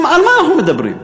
על מה אנחנו מדברים?